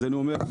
ואני אומר,